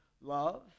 Love